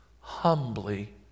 humbly